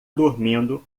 dormindo